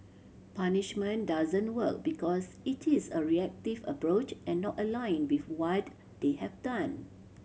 punishment doesn't work because it is a reactive approach and not aligned with what they have done